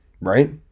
right